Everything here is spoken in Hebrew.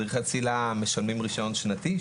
מדריכי צלילה משלמים רישיון שנתי,